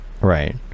right